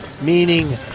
meaning